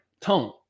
tone